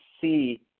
see